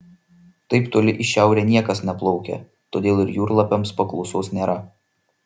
taip toli į šiaurę niekas neplaukia todėl ir jūrlapiams paklausos nėra